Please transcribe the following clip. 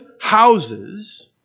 houses